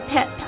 Pet